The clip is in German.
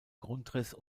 grundriss